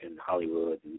Hollywood